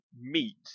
meat